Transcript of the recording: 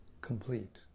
complete